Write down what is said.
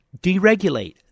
deregulate